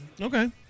Okay